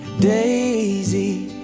Daisy